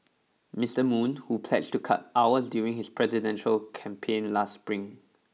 Mister Moon who pledged to cut hours during his presidential campaign last Spring